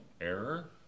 error